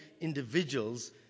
individuals